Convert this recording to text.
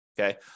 okay